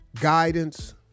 guidance